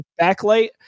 backlight